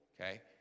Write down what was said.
okay